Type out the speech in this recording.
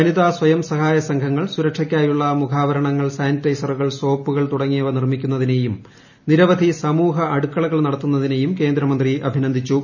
വനിതാ സ്ഥയം സഹായസംഘങ്ങൾ സുരക്ഷയ്ക്കായുള്ള മുഖാവരണങ്ങൾ സാനിറ്റൈസറുകൾ സോപ്പുകൾ തുടങ്ങിയവ നിർമ്മിക്കുന്നതിനെയും നിരവധി സമൂഹ അടുക്കളകൾ നടത്തുന്നതിനെയും കേന്ദ്ര മന്ത്രി അഭിനന്ദിച്ചു